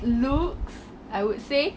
looks I would say